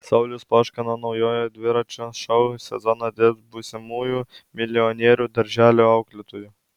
saulius poška nuo naujojo dviračio šou sezono dirbs būsimųjų milijonierių darželio auklėtoju